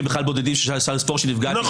בודדים שאפשר לספור שנפגעת מגישה יותר מתביעה אחת.